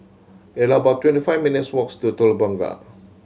it about twenty five minutes walks to Telok Blangah